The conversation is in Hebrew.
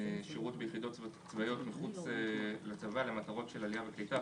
שירות ביחידות צבאיות מחוץ לצבא למטרות של עלייה וקליטה,